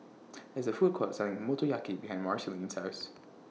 There IS A Food Court Selling Motoyaki behind Marceline's House